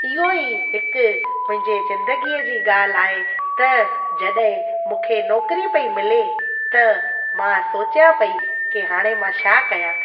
इहो ई हिकु मुंहिंजे ज़िंदगीअ जी ॻाल्हि आहे त जॾहिं मूंखे नौकिरी पई मिले त मां सोचिया पई की हाणे मां छा कया